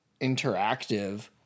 interactive